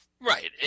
Right